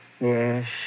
Yes